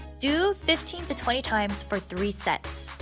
do fifteen to twenty times for three sets.